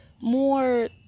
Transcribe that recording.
more